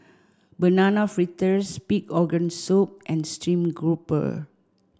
banana fritters pig organ soup and stream grouper